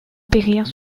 périrent